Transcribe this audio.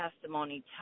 testimony